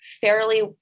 fairly